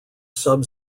sub